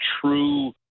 true